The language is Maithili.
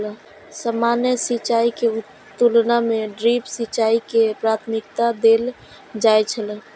सामान्य सिंचाई के तुलना में ड्रिप सिंचाई के प्राथमिकता देल जाय छला